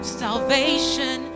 salvation